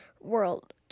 world